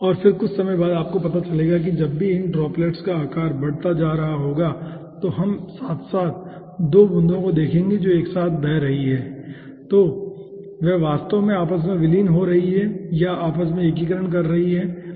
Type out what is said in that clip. और फिर कुछ समय बाद आपको पता चलेगा कि जब भी इन ड्रॉप्लेट्स का आकार बढ़ता जा रहा होगा तो हम साथ साथ 2 बूंदों को देखेंगे जो एक साथ रह रही हैं वे वास्तव में आपस में विलीन हो रही हैं या आपस में एकीकरण कर रही हैं ठीक है